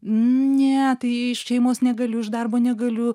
ne tai iš šeimos negaliu iš darbo negaliu